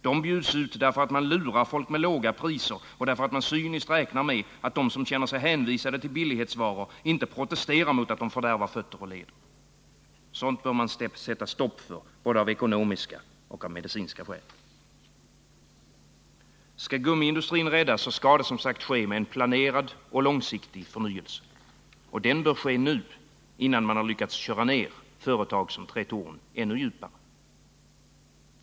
De bjuds ut därför att man lurar folk med låga priser och därför att man cyniskt räknar med att de som känner sig hänvisade till billighetsvaror inte protesterar mot att de fördärvar fötter och leder. Sådant bör man sätta stopp för både av ekonomiska och av medicinska skäl. Skall gummiindustrin räddas, skall det som sagt ske med en planerad och långsiktig förnyelse. Och den bör ske nu, innan man har lyckats köra ned företag som Tretorn ännu djupare.